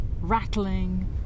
rattling